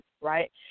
right